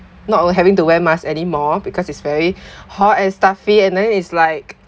not ever having to wear mask anymore because it's very hot and stuffy and then is like